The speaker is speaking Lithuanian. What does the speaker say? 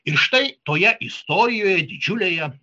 ir štai toje istorijoje didžiulėje